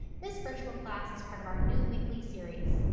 this virtual class is part of our new weekly series.